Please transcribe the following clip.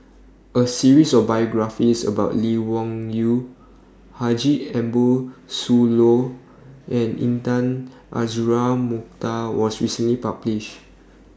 A series of biographies about Lee Wung Yew Haji Ambo Sooloh and Intan Azura Mokhtar was recently published